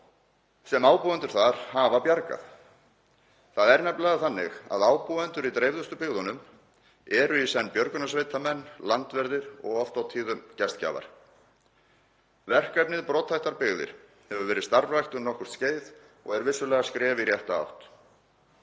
sem ábúendur þar hafa bjargað. Það er nefnilega þannig að ábúendur í dreifðustu byggðunum eru í senn björgunarsveitarmenn, landverðir og oft á tíðum gestgjafar. Verkefnið Brothættar byggðir hefur verið starfrækt um nokkurt skeið og er vissulega skref í rétta átt.